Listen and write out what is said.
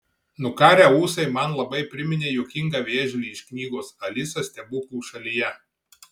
nukarę ūsai man labai priminė juokingą vėžlį iš knygos alisa stebuklų šalyje